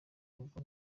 rugo